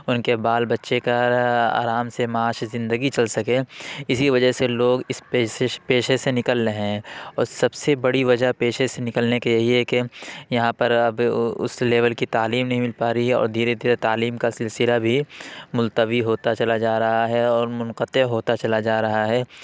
ان کے بال بچے کا آرام سے معاشی زندگی چل سکے اسی وجہ سے لوگ اس پیشے سے نکل رہے ہیں اور سب سے بڑی وجہ پیشے سے نکلنے کی یہی ہے کہ یہاں پر اب اس لیول کی تعلیم نہیں مل پا رہی ہے اور دھیرے دھیرے تعلیم کا سلسلہ بھی ملتوی ہوتا چلا جا رہا ہے اور منقطع ہوتا چلا جا رہا ہے